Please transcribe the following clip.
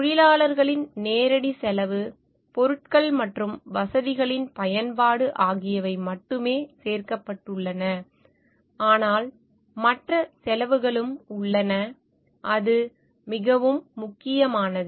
தொழிலாளர்களின் நேரடி செலவு பொருட்கள் மற்றும் வசதிகளின் பயன்பாடு ஆகியவை மட்டுமே சேர்க்கப்பட்டுள்ளன ஆனால் மற்ற செலவுகளும் உள்ளன அது மிகவும் முக்கியமானது